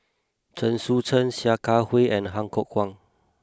Chen Sucheng Sia Kah Hui and Han Fook Kwang